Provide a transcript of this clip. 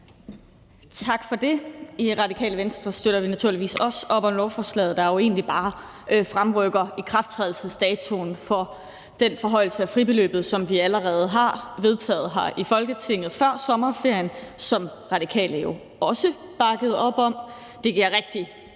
Tak for det. I Radikale Venstre støtter vi naturligvis også op om lovforslaget, der jo egentlig bare fremrykker ikrafttrædelsesdatoen for den forhøjelse af fribeløbet, som vi allerede vedtog her i Folketinget før sommerferien, og som Radikale også bakkede op om. Det giver rigtig